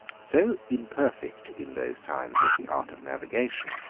so imperfect in those times was the art of navigation,